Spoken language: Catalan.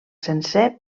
sencer